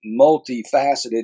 multifaceted